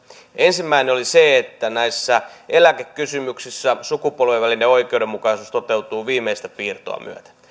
ensimmäinen oli se että näissä eläkekysymyksissä sukupolvien välinen oikeudenmukaisuus toteutuu viimeistä piirtoa myöten